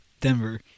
Denver